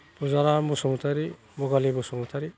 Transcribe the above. Madaram Basumatary Bagali Basumatary